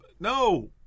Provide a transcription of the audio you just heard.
No